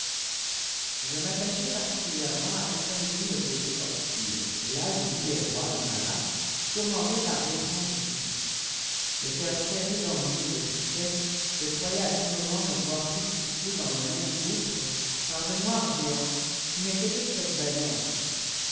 je m'attachai particulièrement à examiner le cté obscur là je vis des rois de ma race tourmentés par d'étranges supfices le cqeur serré d'ennui et de tristesse je croyais à to moment me voir précipité dans les mêmes gouffres par îe noirs géants qui mettaient tpjite cette vallée en feu